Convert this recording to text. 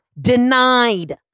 denied